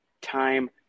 time